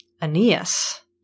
Aeneas